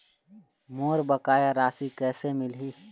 मोर बकाया राशि कैसे मिलही?